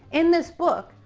in this book,